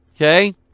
Okay